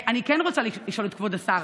אני כן רוצה לשאול את כבוד השר.